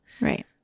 Right